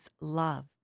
love